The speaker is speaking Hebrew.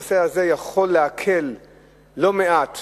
העניין הזה יכול להקל לא מעט